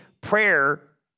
Prayer